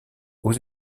aux